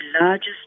largest